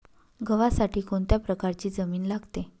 गव्हासाठी कोणत्या प्रकारची जमीन लागते?